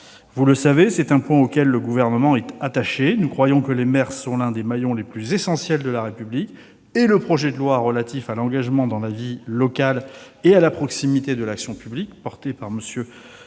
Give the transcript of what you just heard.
les sénateurs, c'est un point auquel le Gouvernement est attaché. Nous croyons que les maires sont l'un des maillons les plus essentiels de la République ; le projet de loi relatif à l'engagement dans la vie locale et à la proximité de l'action publique, que